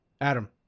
Adam